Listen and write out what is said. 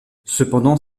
cependant